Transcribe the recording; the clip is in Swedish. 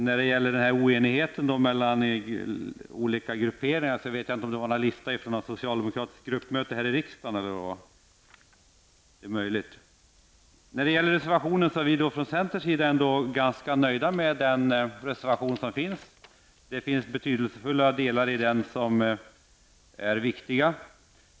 När det gäller oenigheten mellan olika grupperingar, vet jag inte om Allan Larsson läste i en lista från ett socialdemokratiskt gruppmöte här i riksdagen eller vad det var. Ifrån centerns sida är vi ändå ganska nöjda med den reservation som finns. Det finns betydelsefulla delar i den.